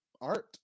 art